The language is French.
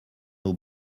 eau